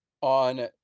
On